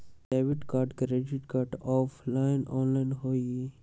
Debit card credit card offline online होई?